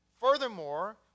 Furthermore